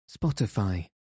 Spotify